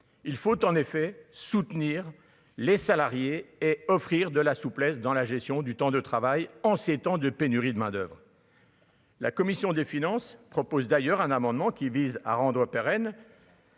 il faut en effet soutenir les salariés et offrir de la souplesse dans la gestion du temps de travail en ces temps de pénurie de main d'oeuvre. La commission des finances propose d'ailleurs un amendement qui vise à rendre pérenne.